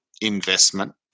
investment